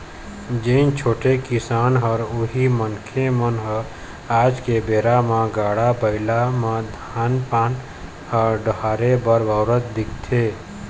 जेन छोटे किसान हवय उही मनखे मन ह आज के बेरा म गाड़ा बइला म धान पान ल डोहारे बर बउरत दिखथे